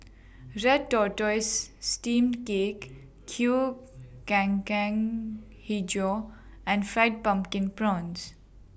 Red Tortoise Steamed Cake Kueh Hijau and Fried Pumpkin Prawns